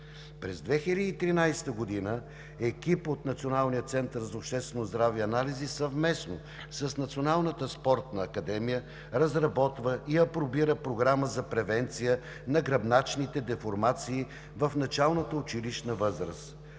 През 2013 г. екип от Националния център по обществено здраве и анализи съвместно с Националната спортна академия разработва и апробира Програма за превенция на гръбначните деформации в началната училищна възраст.